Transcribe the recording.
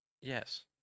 Yes